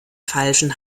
falschen